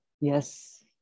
Yes